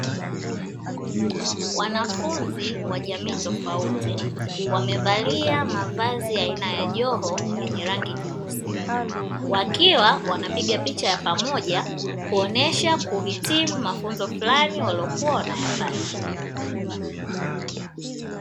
Wanafunzi wa jamii tofauti wamevalia mavazi ya aina ya joho yenye rangi nyeusi, wakiwa wanapiga picha ya pamoja kuonesha kuhitimu mafunzo fulani waliokuwa wanayapata.